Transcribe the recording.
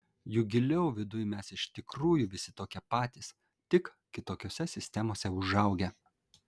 juk giliau viduj mes iš tikrųjų visi tokie patys tik kitokiose sistemose užaugę